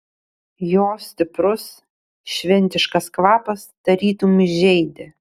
jo stiprus šventiškas kvapas tarytum žeidė